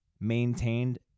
maintained